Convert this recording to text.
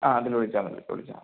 ആ അതില് വിളിച്ചാൽ മതി വിളിച്ചാൽ മതി